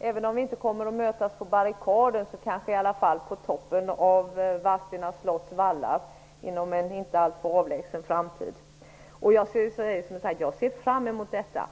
Även om vi kanske inte kommer att mötas på barrikaderna ser jag fram emot att vi kan mötas på toppen av Vadstena slotts vallar inom en inte alltför avlägsen framtid. Jag ser fram emot detta.